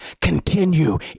continue